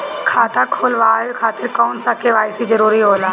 खाता खोलवाये खातिर कौन सा के.वाइ.सी जरूरी होला?